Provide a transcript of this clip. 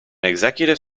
executive